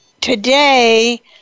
today